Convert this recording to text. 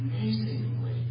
amazingly